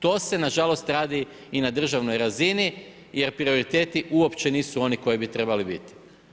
To se nažalost radi i na državnoj razini, jer prioriteti uopće nisu oni koji bi trebali biti.